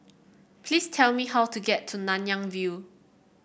please tell me how to get to Nanyang View